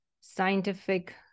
scientific